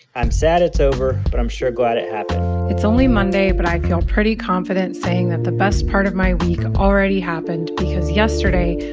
i'm sad it's over, but i'm sure glad it happened it's only monday, but i feel pretty confident saying that the best part of my week already happened because yesterday,